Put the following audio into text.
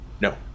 No